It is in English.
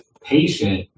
patient